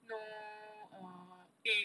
no err egg